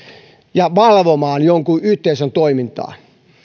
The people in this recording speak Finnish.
ja valvomaan jonkun yhteisön toimintaa